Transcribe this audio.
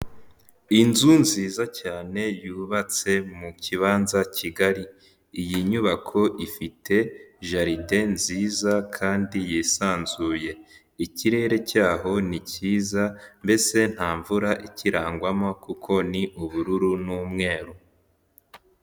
Inzu nziza cyane yubatse mu kibanza kigari, iyi nyubako ifite jaride nziza kandi yisanzuye, ikirere cyaho ni cyiza mbese nta mvura ikirangwamo kuko ni ubururu n'umweru.